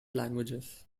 languages